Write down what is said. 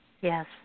Yes